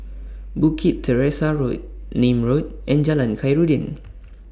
Bukit Teresa Road Nim Road and Jalan Khairuddin